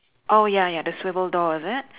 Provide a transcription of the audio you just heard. oh ya ya the swivel door is it